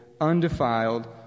undefiled